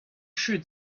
should